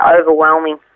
overwhelming